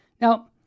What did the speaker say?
Now